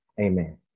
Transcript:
Amen